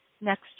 next